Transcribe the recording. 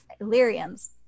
Illyrians